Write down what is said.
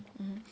mmhmm